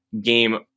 game